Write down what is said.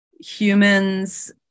humans